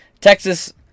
Texas